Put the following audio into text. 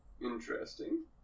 interesting